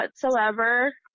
whatsoever